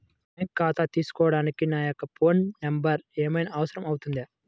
Bank ఖాతా తీసుకోవడానికి నా యొక్క ఫోన్ నెంబర్ ఏమైనా అవసరం అవుతుందా?